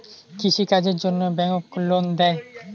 কৃষি কাজের জন্যে ব্যাংক লোন দেয়?